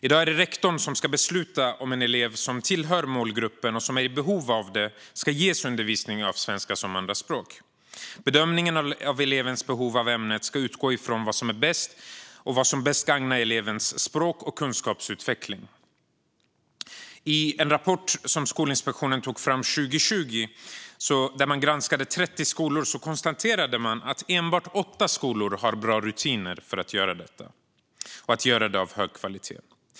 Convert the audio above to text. I dag är det rektorn som ska besluta om en elev som tillhör målgruppen, och som är i behov av undervisning, ska ges undervisning i svenska som andraspråk. Bedömningen av elevens behov av ämnet ska utgå från vad som bäst gagnar elevens språk och kunskapsutveckling. I en rapport som Skolinspektionen tog fram 2020 där inspektionen har granskat 30 skolor konstaterar man att endast 8 har bra rutiner för att göra bedömningar av hög kvalitet.